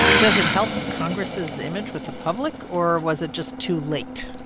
does it help congress's image with the public or was it just too late?